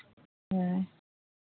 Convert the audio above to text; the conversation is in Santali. ᱦᱮᱸ